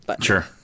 Sure